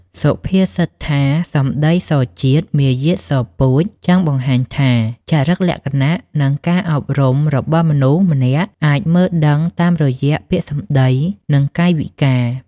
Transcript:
សុភាសិតថា «សម្ដីសជាតិ មារយាទសពូជ»ចង់បង្ហាញថា ចរិតលក្ខណៈ និងការអប់រំរបស់មនុស្សម្នាក់ អាចមើលដឹងតាមរយៈពាក្យសម្ដី និងកាយវិការ។